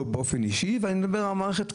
אני מדבר על המערכת כולה,